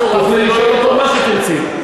תוכלי לשאול אותו מה שתרצי,